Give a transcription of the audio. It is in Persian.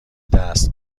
دست